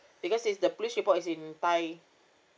because since the police report is in thai